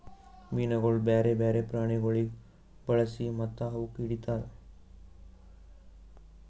ಮೀನುಗೊಳ್ ಬ್ಯಾರೆ ಬ್ಯಾರೆ ಪ್ರಾಣಿಗೊಳಿಗ್ ಬಳಸಿ ಮತ್ತ ಅವುಕ್ ಹಿಡಿತಾರ್